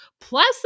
Plus